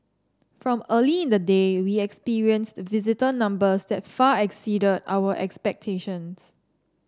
from early in the day we experienced visitor numbers that far exceeded our expectations